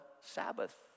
Sabbath